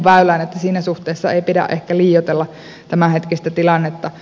eli siinä suhteessa ei pidä ehkä liioitella tämänhetkistä tilannetta